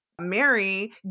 Mary